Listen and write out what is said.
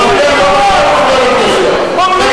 (חבר הכנסת מיכאל בן-ארי יוצא מאולם